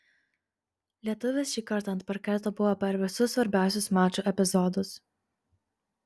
lietuvis šį kartą ant parketo buvo per visus svarbiausius mačo epizodus